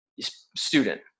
student